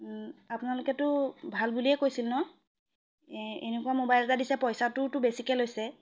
ও আপোনালোকেতো ভাল বুলিয়েই কৈছিল ন' এ এনেকুৱা মোবাইল এটা দিছে পইচাটোওটো বেছিকৈ লৈছে